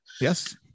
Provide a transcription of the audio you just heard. yes